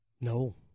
No